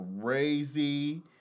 crazy